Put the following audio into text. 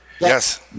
Yes